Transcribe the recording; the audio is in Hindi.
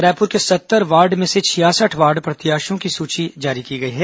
रायपुर के सत्तर वार्ड में से छियासठ वार्ड प्रत्याशियों की सूची जारी की गई है